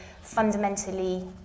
fundamentally